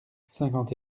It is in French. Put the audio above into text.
cinquante